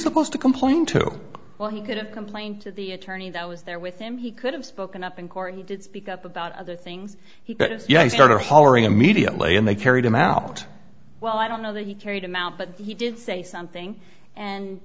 supposed to complain to well he could have complained to the attorney that was there with him he could have spoken up in court he did speak up about other things he does yes started hollering immediately and they carried him out well i don't know that he carried him out but he did say something and